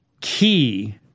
key